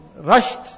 rushed